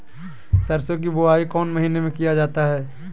सरसो की बोआई कौन महीने में किया जाता है?